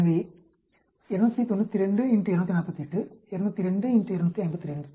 எனவே 292 248 202 252